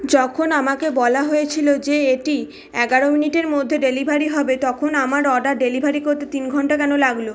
যখন আমাকে বলা হয়েছিল যে এটি এগারো মিনিটের মধ্যে ডেলিভারি হবে তখন আমার অর্ডার ডেলিভারি করতে তিন ঘন্টা কেন লাগলো